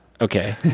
Okay